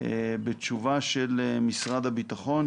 בתשובה של משרד הביטחון,